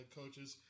coaches